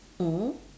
mm